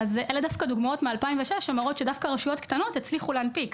אלו דוגמאות מ-2006 שמראות שדווקא רשויות קטנות הצליחו להנפיק.